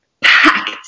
packed